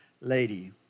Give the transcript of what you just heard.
lady